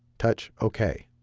touch ok.